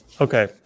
Okay